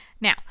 Now